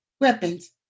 weapons